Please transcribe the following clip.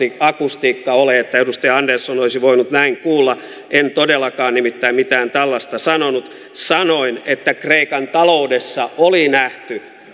akustiikka ole että edustaja andersson olisi voinut näin kuulla en todellakaan nimittäin mitään tällaista sanonut sanoin että kreikan taloudessa oli nähty